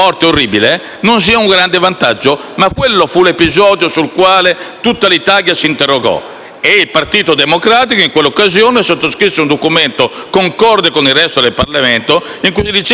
tutta l'Italia si interrogò. Il Partito Democratico, in quella occasione, sottoscrisse un documento, in accordo con il resto del Parlamento, in cui si diceva che comunque nutrizione e